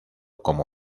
como